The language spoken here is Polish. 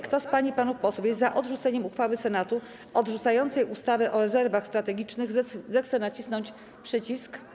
Kto z pań i panów posłów jest za odrzuceniem uchwały Senatu odrzucającej ustawę o rezerwach strategicznych, zechce nacisnąć przycisk.